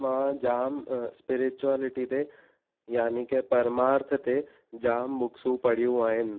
मां जामु स्पिरिचुअलिटी ते यानी की परमार्थ ते जामु बुक्सूं पढ़ियूं आहिनि